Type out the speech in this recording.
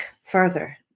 further